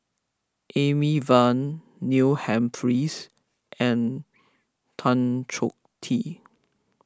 Amy Van Neil Humphreys and Tan Choh Tee